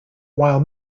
while